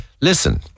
listen